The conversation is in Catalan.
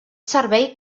servei